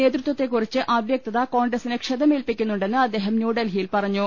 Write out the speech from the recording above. നേതൃ ത്വത്തെക്കുറിച്ച് അവൃക്തത കോൺഗ്രസിന് ക്ഷതമേൽപ്പി ക്കുന്നുണ്ടെന്ന് അദ്ദേഹം ന്യൂഡൽഹിയിൽ പറഞ്ഞു